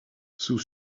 sous